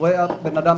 טורח בן אדם,